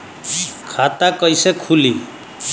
खाता कईसे खुली?